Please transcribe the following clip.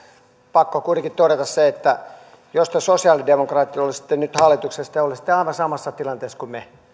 pakko kuitenkin todeta se että jos te sosiaalidemokraatit olisitte nyt hallituksessa te olisitte aivan samassa tilanteessa kuin me